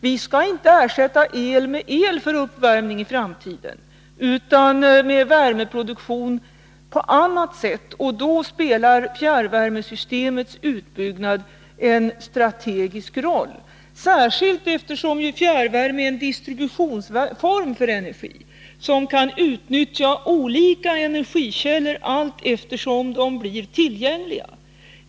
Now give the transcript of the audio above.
Vi skall inte ersätta el med el för uppvärmning i framtiden utan med värmeproduktion på annat sätt, och då spelar fjärrvärmesystemets utbyggnad en strategisk roll, särskilt eftersom fjärrvärme än en distributionsform för energi som kan utnyttja olika energikällor allteftersom de blir tillgängliga.